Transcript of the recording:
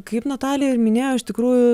kaip natalija ir minėjo iš tikrųjų